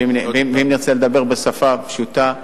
ואם נרצה לדבר בשפה פשוטה,